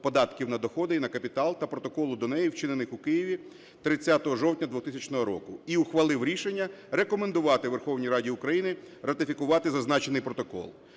податків на доходи і на капітал та Протоколу до неї, вчинених у Києві 30 жовтня 2000 року, і ухвалив рішення рекомендувати Верховній Раді України ратифікувати зазначений протокол.